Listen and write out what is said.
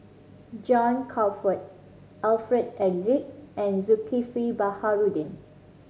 John Crawfurd Alfred Eric and Zulkifli Baharudin